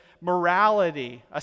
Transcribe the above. morality